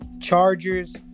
Chargers